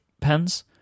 pens